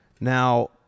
Now